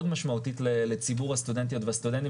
משמעותית לציבור הסטודנטיות והסטודנטים.